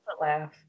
laugh